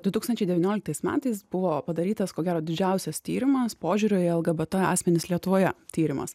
du tūkstančiai devynioliktais metais buvo padarytas ko gero didžiausias tyrimas požiūrio į lgbt asmenys lietuvoje tyrimas